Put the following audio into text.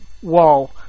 Whoa